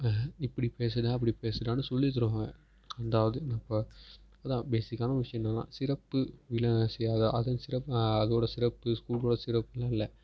இப்படி பேசடா அப்படி பேசடான்னு சொல்லித் தருவாங்க ரெண்டாவது இந்த இப்போ அதான் பேஸிக்கானா ஒரு விஷயம் என்னென்னா சிறப்பு அதோட சிறப்பு அதோட சிறப்பு ஸ்கூலோட சிறப்புலாம் இல்லை